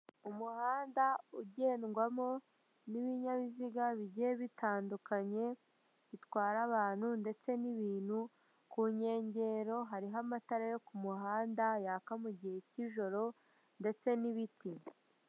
Umuhanda ugendwamo n'ibinyabiziga bigiye bitandukanye bitwara abantu ndetse n'ibintu, ku nkengero hariho amatara yo kumuhanda yaka mu gihe cy'ijoro ndetse n'ibiti.